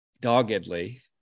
doggedly